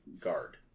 guard